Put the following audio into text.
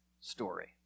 story